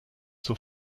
zur